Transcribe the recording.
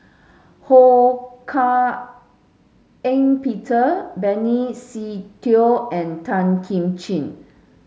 Ho Hak Ean Peter Benny Se Teo and Tan Kim Ching